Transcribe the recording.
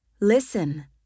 Listen